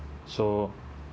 so